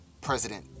President